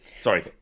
Sorry